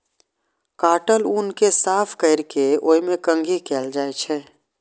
काटल ऊन कें साफ कैर के ओय मे कंघी कैल जाइ छै